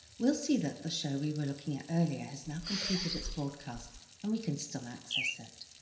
we'll see that the show we were looking at earlier has now completed its broadcast and we can still access it.